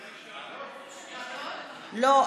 לא.